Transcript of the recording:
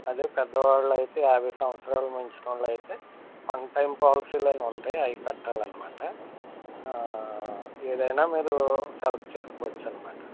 అదే పెద్దవాళ్ళయితే యాభై సంవత్సరాలు మించిన వాళ్ళయితే వన్ టైం పాలసీలని ఉంటాయి అవి కట్టాలన్నమాట ఏదైనా మీరు సెలెక్ట్ చేసుకోవచ్చు అన్నమాట